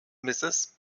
mrs